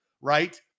Right